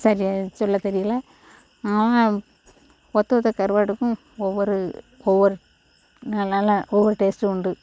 சரியாக சொல்லத் தெரியல அவங்க ஒற்ற ஒற்ற கருவாட்டுக்கும் ஒவ்வொரு ஒவ்வொரு நல்லால்ல ஒவ்வொரு டேஸ்ட் உண்டு